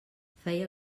feia